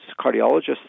Cardiologists